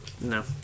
No